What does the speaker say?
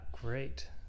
great